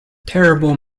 terrible